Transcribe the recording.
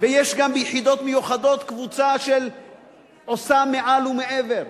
ויש גם ביחידות מיוחדות קבוצה שעושה מעל ומעבר.